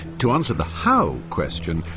to answer the how question,